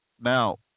Now